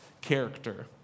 character